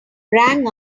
rang